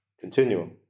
continuum